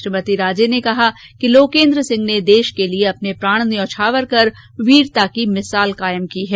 श्रीमती राजे ने कहा कि लोकेन्द्र सिंह ने देश के लिए अपने प्राण न्यौछावर कर वीरता की मिसाल कायम की है